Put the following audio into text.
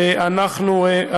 ואנחנו,